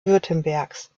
württembergs